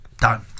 Done